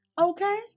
Okay